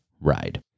ride